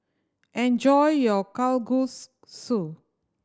enjoy your Kalguksu